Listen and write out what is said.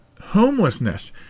homelessness